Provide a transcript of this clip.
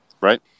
Right